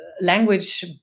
language